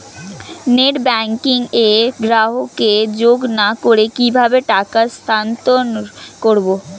Net banking এ গ্রাহককে যোগ না করে কিভাবে টাকা স্থানান্তর করব?